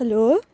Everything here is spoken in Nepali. हेलो